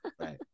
Right